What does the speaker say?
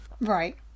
Right